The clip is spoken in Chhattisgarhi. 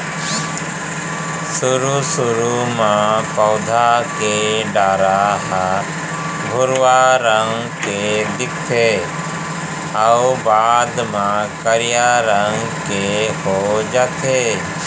सुरू सुरू म पउधा के डारा ह भुरवा रंग के दिखथे अउ बाद म करिया रंग के हो जाथे